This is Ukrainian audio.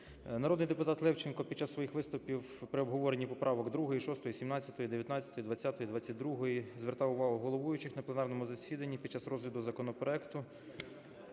Народний депутатЛевченко під час своїх виступів при обговоренні поправок 2-ї, 6-ї, 17-ї, 19-ї, 20-ї, 22-ї звертав увагу головуючих на пленарному засіданні під час розгляду законопроекту